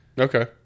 Okay